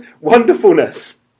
wonderfulness